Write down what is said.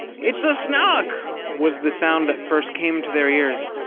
it's a snark! was the sound that first came to their ears,